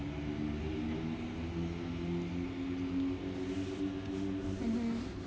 mmhmm